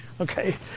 Okay